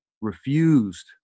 refused